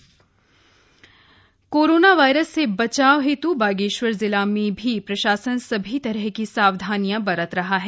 sanitisation corona virus से बचाव हेतु बागेश्वर जिला में भी प्रशासन सभी तरह की सावधानियां बरत रहा है